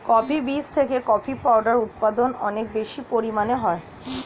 coffee বীজ থেকে coffee powder উৎপাদন অনেক বেশি পরিমাণে হয়